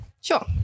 sure